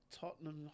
Tottenham